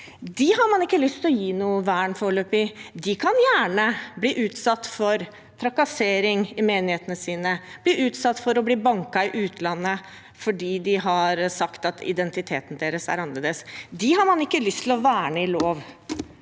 foreløpig ikke lyst til å gi noe vern. De kan gjerne bli utsatt for trakassering i menighetene sine eller bli utsatt for å bli banket i utlandet fordi de har sagt at identiteten deres er annerledes. De har man ikke lyst til å verne ved lov.